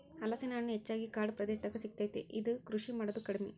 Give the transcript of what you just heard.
ಹಲಸಿನ ಹಣ್ಣು ಹೆಚ್ಚಾಗಿ ಕಾಡ ಪ್ರದೇಶದಾಗ ಸಿಗತೈತಿ, ಇದ್ನಾ ಕೃಷಿ ಮಾಡುದ ಕಡಿಮಿ